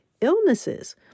illnesses